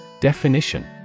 Definition